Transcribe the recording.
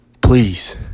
please